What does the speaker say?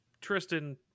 tristan